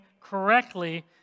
correctly